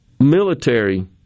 military